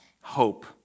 hope